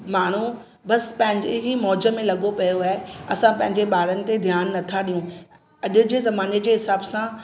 माण्हू बस पंहिंजी ई मौज में लॻो पयो आहे असां पंहिंजे ॿारनि ते ध्यानु नथां ॾियूं अॼु जे ज़माने जे हिसाब सां